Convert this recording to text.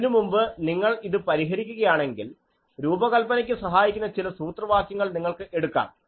അതിനുമുമ്പ് നിങ്ങൾ ഇത് പരിഹരിക്കുകയാണെങ്കിൽ രൂപകല്പനക്കു സഹായിക്കുന്ന ചില സൂത്രവാക്യങ്ങൾ നിങ്ങൾക്ക് എടുക്കാം